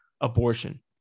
abortion